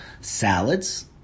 Salads